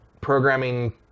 programming